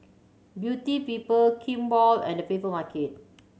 Beauty People Kimball and Papermarket